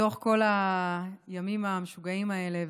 בתוך כל הימים המשוגעים האלה,